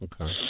okay